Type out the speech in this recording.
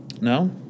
No